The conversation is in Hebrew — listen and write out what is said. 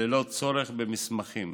ללא צורך במסמכים.